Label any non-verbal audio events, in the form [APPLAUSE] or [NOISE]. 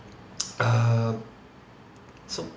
[NOISE] err so